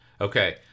Okay